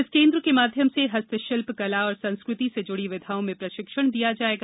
इस केंद्र के माध्यम से हस्तशिल्प कला और संस्कृति से जुडी विधाओं में प्रशिक्षण दिया जाएगा